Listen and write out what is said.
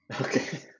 okay